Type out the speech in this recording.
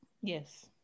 Yes